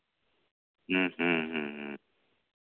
ᱦᱮᱸ ᱦᱮᱸ ᱦᱮᱸ